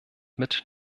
mit